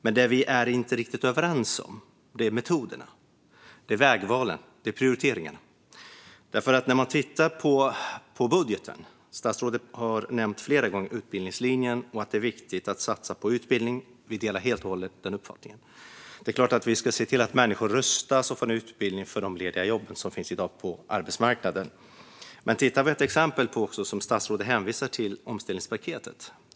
Men det vi inte är riktigt överens om är metoderna, vägvalen och prioriteringarna. Låt oss titta på budgeten. Statsrådet har flera gånger nämnt utbildningslinjen och att det är viktigt att satsa på utbildning, och vi delar helt och hållet denna uppfattning. Det är klart att vi ska se till att människor rustas och får utbildning för de lediga jobb som i dag finns på arbetsmarknaden. Statsrådet hänvisar till exempel till omställningspaketet.